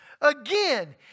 Again